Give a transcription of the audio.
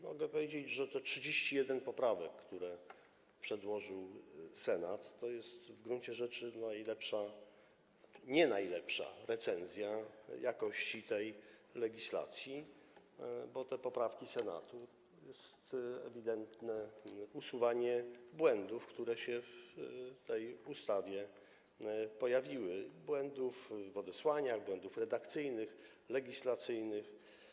Mogę powiedzieć, że te 31 poprawek, które przedłożył Senat, to jest w gruncie rzeczy nie najlepsza recenzja jakości tej legislacji, bo te poprawki Senatu to jest ewidentne usuwanie błędów, które się w tej ustawie pojawiły, błędów w odesłaniach, błędów redakcyjnych, legislacyjnych.